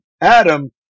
Adam